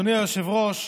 אדוני היושב-ראש,